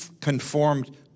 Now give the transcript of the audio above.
conformed